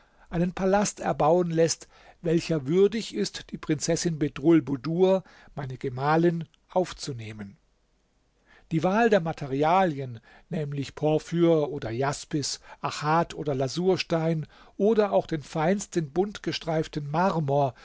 einen palast erbauen läßt welcher würdig ist die prinzessin bedrulbudur meine gemahlin aufzunehmen die wahl der materialien nämlich porphyr oder jaspis achat oder lasurstein oder auch den feinsten buntgestreiften marmor